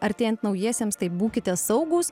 artėjant naujiesiems taip būkite saugūs